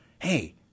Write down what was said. Hey